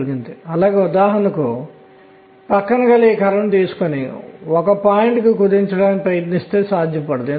కాబట్టి నేను ఇక్కడ శక్తి స్థాయిని తీసుకుంటే దానిలో అనేక శక్తి స్థాయిలు ఉన్నాయి